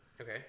Okay